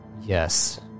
Yes